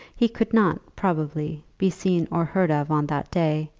he could not, probably, be seen or heard of on that day,